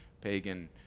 pagan